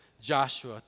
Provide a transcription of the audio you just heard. Joshua